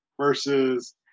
versus